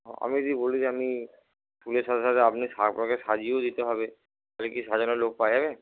আমি যদি বলি যে আপনি ফুলের সাথে সাথে আপনি আপনাকে সাজিয়েও দিতে হবে তাহলে কি সাজানোর লোক পাওয়া যাবে